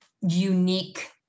unique